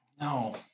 no